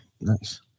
Nice